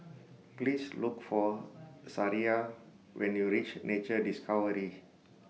Please Look For Sariah when YOU REACH Nature Discovery